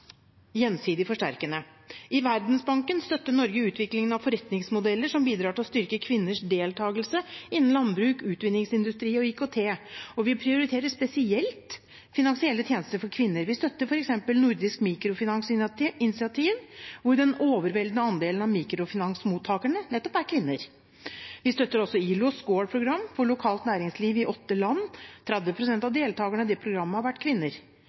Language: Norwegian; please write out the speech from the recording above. gjensidig forsterkende. I Verdensbanken støtter Norge utviklingen av forretningsmodeller som bidrar til å styrke kvinners deltakelse innen landbruk, utvinningsindustri og IKT, og vi prioriterer spesielt finansielle tjenester for kvinner. Vi støtter f.eks. Nordisk Mikrofinansinitiativ, hvor den overveldende andelen av mikrofinansmottakerne nettopp er kvinner. Vi støtter også ILOs SCORE-program for lokalt næringsliv i åtte land. 30 pst. av deltakerne i det programmet har vært kvinner.